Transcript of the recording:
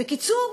בקיצור,